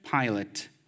Pilate